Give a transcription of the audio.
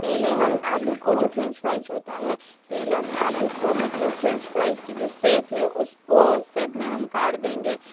पहले हम आलू को जो फ्रेंच फ्राइज होता है पहले हम आलू को मतलब फ्रेंच फ्राइज की जो सेप है उसको सेप में हम काट देंगे